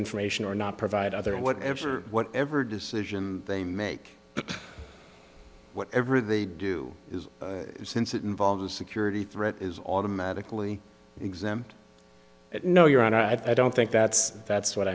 information or not provide other whatever whatever decision they make but whatever they do is since it involves a security threat is automatically exempt it no your honor i don't think that's that's what